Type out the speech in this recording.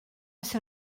ser